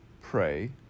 pray